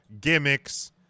gimmicks